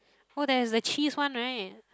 oh there's the cheese one right